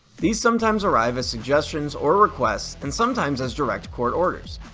these sometimes arrive as suggestions or requests and sometimes as direct court orders.